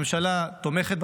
כן, לתקן בהסכמה.